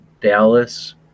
Dallas